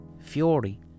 fury